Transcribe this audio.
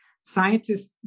scientists